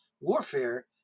warfare